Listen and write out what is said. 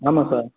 ஆமாம் சார்